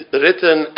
written